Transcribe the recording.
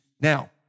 Now